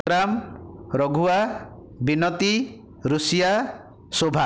ବ୍ରାମ Raghua Binati Rushia Shobha